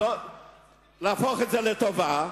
להפוך את זה לטובה.